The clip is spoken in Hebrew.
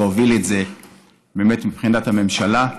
שהוביל את זה באמת מבחינת הממשלה,